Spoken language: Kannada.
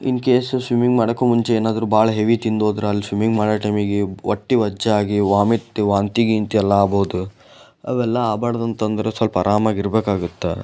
ಇನ್ಕೇಸ್ ಸ್ವಿಮ್ಮಿಂಗ್ ಮಾಡೋಕ್ಕೂ ಮುಂಚೆ ಏನಾದರೂ ಭಾಳ ಹೆವಿ ತಿಂದೋದ್ರೆ ಅಲ್ಲಿ ಸ್ವಿಮ್ಮಿಂಗ್ ಮಾಡೋ ಟೈಮಿಗೆ ಹೊಟ್ಟೆ ಒಚ್ಚಾಗಿ ವಾಮಿಟ್ ವಾಂತಿ ಗೀಂತಿ ಎಲ್ಲ ಆಗ್ಬೋದು ಅವೆಲ್ಲ ಆಗ್ಬಾರ್ದು ಅಂತ ಅಂದ್ರೆ ಸ್ವಲ್ಪ ಆರಾಮಾಗಿರ್ಬೇಕಾಗುತ್ತೆ